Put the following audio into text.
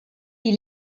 die